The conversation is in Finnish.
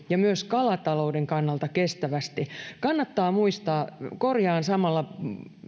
ja myös kalatalouden kannalta kestävästi kannattaa muistaa korjaan samalla